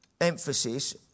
emphasis